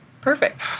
Perfect